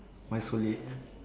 why so late lah